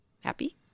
happy